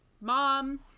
mom